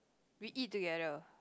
we eat together